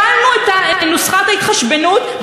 הפלנו את נוסחת ההתחשבנות,